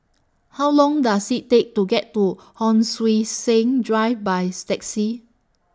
How Long Does IT Take to get to Hon Sui Sen Drive By Taxi